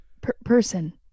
Person